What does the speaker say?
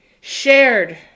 shared